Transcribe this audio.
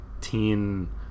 teen